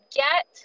get